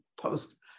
post